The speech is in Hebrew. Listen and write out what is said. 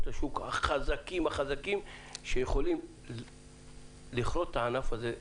השוק החזקים שיכולים לכרות את הענף הזה.